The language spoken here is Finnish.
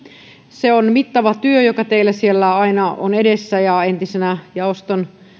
se on mittava työ joka teillä siellä aina on edessä entisenä jaoston